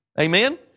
Amen